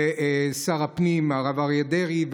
לשר הפנים הרב אריה דרעי,